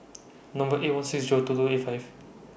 Number eight one six Zero two two eight five